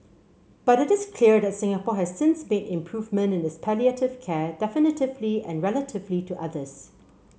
but it is clear that Singapore has since made improvement in its palliative care definitively and relatively to others